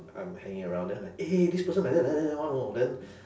I'm hanging around then like eh this person like that like that like that [one] know then